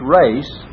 race